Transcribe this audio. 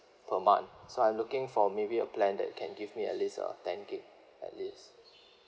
per month so I'm looking for maybe a plan that can give me at least uh ten gig at least